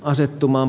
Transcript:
asettumaan